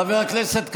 חבר הכנסת כסיף,